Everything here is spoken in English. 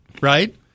right